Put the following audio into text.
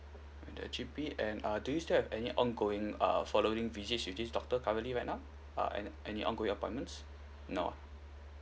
the G_P and uh do you still have any ongoing err following visits with this doctor currently right uh an~ any ongoing appointment no ah